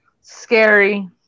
Scary